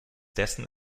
dessen